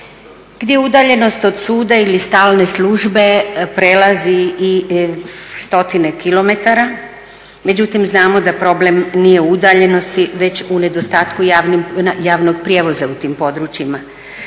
gdje udaljenost od suda ili stalne službe prelazi i stotine kilometara. Međutim znamo da problem nije udaljenosti već u nedostatku javnog prijevoza u tim područjima.